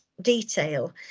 detail